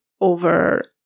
over